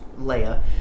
Leia